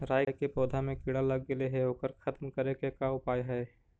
राई के पौधा में किड़ा लग गेले हे ओकर खत्म करे के का उपाय है?